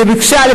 שביציע האורחים